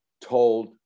told